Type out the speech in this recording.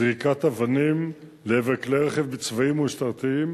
זריקת אבנים לעבר כלי רכב צבאיים ומשטרתיים